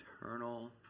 eternal